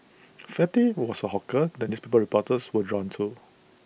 fatty was A hawker that newspaper reporters were drawn to